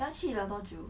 他去了多久